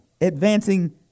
Advancing